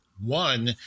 one